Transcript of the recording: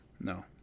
No